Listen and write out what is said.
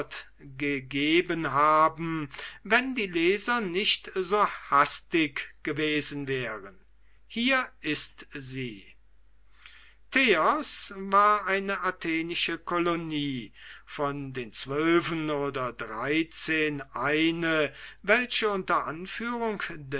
gegeben haben wenn die leser nicht so hastig gewesen wären hier ist sie teos war eine atheniensische colonie von den zwölfen oder dreizehn eine welche unter anführung